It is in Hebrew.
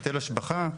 היטל השבחה,